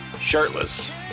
shirtless